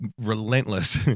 relentless